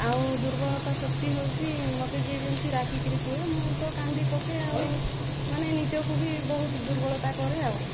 ଆଉ ଦୁର୍ବଳତା ଶକ୍ତି ହେଉଛି ମୋତେ ଯିଏ ଯେମିତି ରାଗିକି କୁହେ ମୁଁ ତ କାନ୍ଦିପକାଏ ଆଉ ମାନେ ନିଜକୁ ବି ବହୁତ ଦୁର୍ବଳତା କରେ ଆଉ